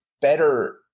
better